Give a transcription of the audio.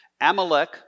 Amalek